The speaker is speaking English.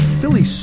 Philly